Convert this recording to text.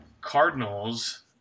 Cardinals